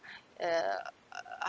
uh uh